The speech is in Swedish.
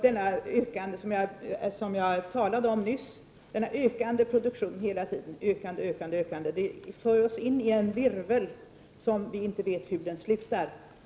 Denna hela tiden ökande produktion, som jag talade om nyss, för oss in i en sådan virvel att vi inte vet hur den slutar.